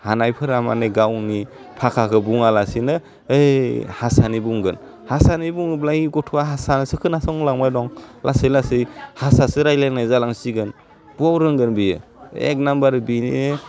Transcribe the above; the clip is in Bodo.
हानायफोरा माने गावनि भाखाखौ बुङा लासेनो ओइ हासानि बुंगोन हासानि बुङोब्ला इह गथ'वा हासासो खोना संलांबाय दं लासै लासै हारसासो रायलायनाइ जालांसिगोन बबाव रोंगोन बियो एग नाम्बार बिनि